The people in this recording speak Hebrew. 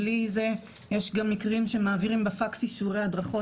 יש גם מקרים שמעבירים בפקס אישורי הדרכות.